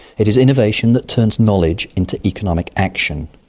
it is innovation that turns knowledge into economic action.